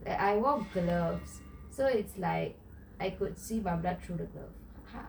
I wore gloves so is like I could see my blood through the gloves ha